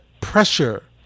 pressure